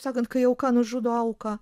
taip sakant kai auka nužudo auką